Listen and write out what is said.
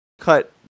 cut